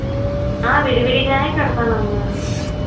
విడివిడిగానే కడతాను అమ్మా